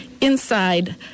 inside